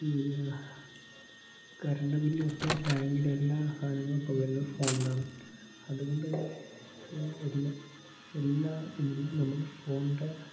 ഈ കറൻ്റ് ബില്ലൊട്ട് ബാങ്കിലെ എല്ലാ സാധനങ്ങളും ഇപ്പം വരുന്ന ഫോണിലാണ് അതുകൊണ്ട് തന്നെ എല്ലാ എല്ലാ ഇതിനും നമ്മൾ ഫോൺൻ്റെ